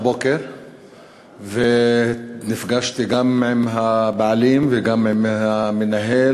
הבוקר נפגשתי גם עם הבעלים וגם עם המנהל,